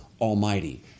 Almighty